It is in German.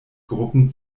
gruppen